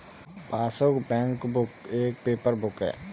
passbook, bankbook एक paper book है